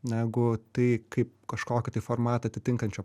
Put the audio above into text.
negu tai kaip kažkokį tai formatą atitinkančią